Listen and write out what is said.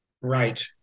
Right